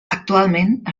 actualment